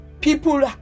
people